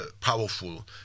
powerful